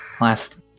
last